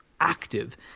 active